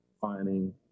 finding